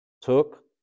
took